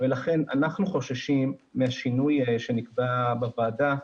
לכן אנחנו חוששים מהשינוי שנקבע בוועדה,